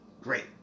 great